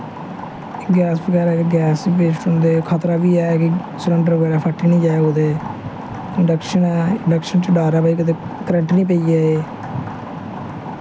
gas बगैरा gas बी best होंदी खतरा बी है कि सिलैंडर बगैरा फट्टी निं जाए कुतै इंडक्शन ऐ इंडक्शन च डर ऐ कुतै करंट निं पेई जाए